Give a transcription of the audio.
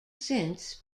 since